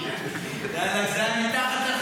אינעל דינכ.